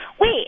wait